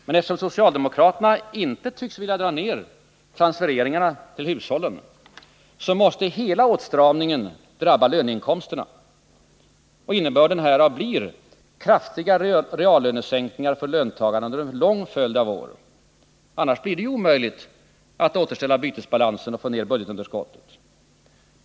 Eftersom socialdemokraterna inte tycks vilja dra ned transfereringarna till hushållen, måste hela åtstramningen drabba löneinkomsterna. Innebörden härav blir kraftiga reallönesänkningar för löntagarna under en lång följd av år. Annars blir det omöjligt att återställa bytesbalansen och få ner budgetunderskottet.